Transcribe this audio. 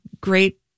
great